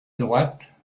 droite